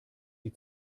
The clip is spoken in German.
die